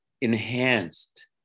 enhanced